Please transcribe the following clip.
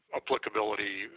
applicability